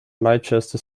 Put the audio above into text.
leicester